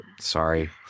sorry